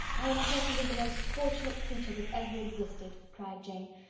i am certainly the most fortunate creature that ever existed! cried jane.